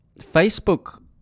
facebook